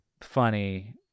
funny